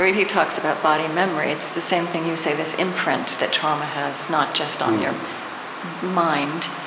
and he talks about body memory. it's the same thing you say, this imprint that trauma has not just on your mind.